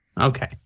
Okay